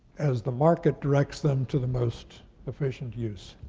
as the market directs them to the most efficient use.